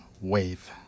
wave